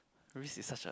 risk is such a